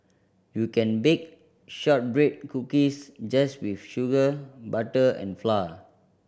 you can bake shortbread cookies just with sugar butter and flour